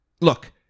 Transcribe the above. Look